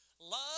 Love